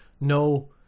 No